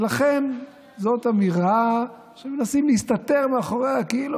ולכן זאת אמירה שמנסים להסתתר מאחוריה כאילו,